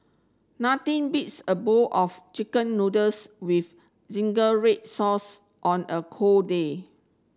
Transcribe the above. nothing beats a bowl of chicken noodles with zingy red sauce on a cold day